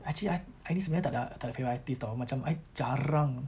actually I I ini sebenarnya tak ad~ tak ada favourite artist tahu macam I jarang eh